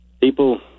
people